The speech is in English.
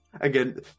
Again